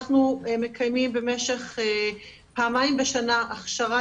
אנחנו מקיימים במשך פעמיים בשנה הכשרה